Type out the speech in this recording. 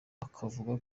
ukavuga